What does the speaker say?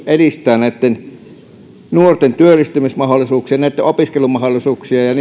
edistää näitten nuorten työllistymismahdollisuuksia heidän opiskelumahdollisuuksiaan ja